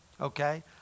Okay